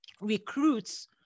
recruits